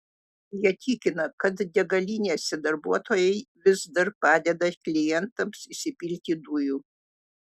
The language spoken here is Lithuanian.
jie tikina kad degalinėse darbuotojai vis dar padeda klientams įsipilti dujų